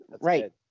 right